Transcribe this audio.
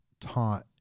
taught